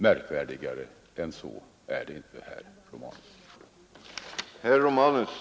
Märkvärdigare än så är det inte, herr Romanus.